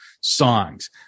songs